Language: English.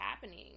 happening